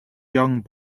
young